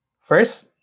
First